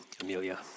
Amelia